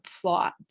plot